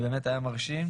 וזה היה מרשים.